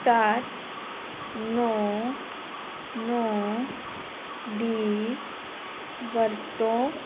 ਸੱਤ ਨੌਂ ਨੌਂ ਦੀ ਵਰਤੋਂ